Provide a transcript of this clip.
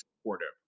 supportive